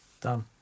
Done